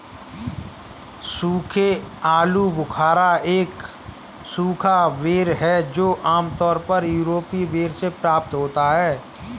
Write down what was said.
सूखे आलूबुखारा एक सूखा बेर है जो आमतौर पर यूरोपीय बेर से प्राप्त होता है